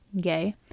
gay